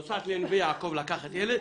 נוסעת לנווה יעקב לקחת ילד,